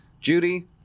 Judy